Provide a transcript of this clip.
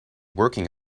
working